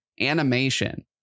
animation